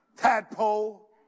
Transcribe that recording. tadpole